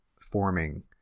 forming